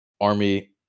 Army